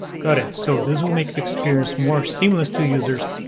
got it. so this will make the experience more seamless to users,